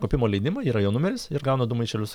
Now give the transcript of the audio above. kopimo leidimą yra jo numeris ir gauna du maišelius